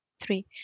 three